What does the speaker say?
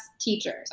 teachers